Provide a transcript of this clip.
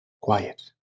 Quiet